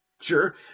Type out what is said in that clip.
Sure